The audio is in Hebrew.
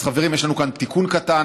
אז חברים, יש לנו כאן תיקון קטן.